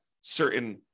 certain